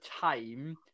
time